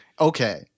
Okay